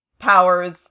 powers